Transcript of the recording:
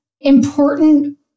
important